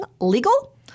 legal